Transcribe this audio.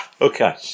okay